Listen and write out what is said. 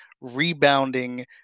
rebounding